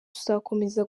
tuzakomeza